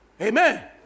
Amen